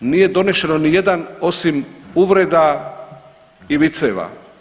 Nije donešeno nijedan, osim uvreda i viceva.